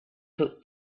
took